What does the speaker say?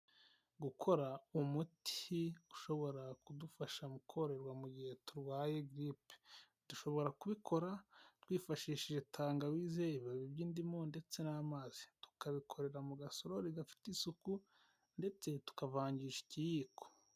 Gukora umuti ushobora kudufasha mu koroherwa mu gihe tubarwaye giripe dushobora kubikora twifashishije tangawizeye, ibibabi by'indimu ndetse n'amazi tukabikorera mu gasorori gafite isuku ndetse tukavangisha ikiyiko.